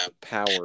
power